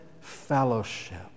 fellowship